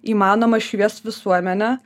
įmanoma šviest visuomenę